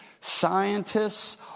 scientists